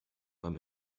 beim